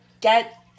get